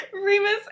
Remus